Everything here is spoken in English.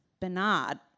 Bernard